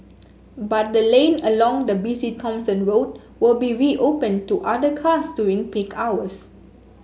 but the lane along the busy Thomson Road will be reopened to other cars during peak hours